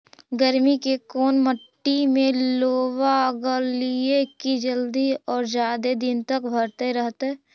गर्मी में कोन मट्टी में लोबा लगियै कि जल्दी और जादे दिन तक भरतै रहतै?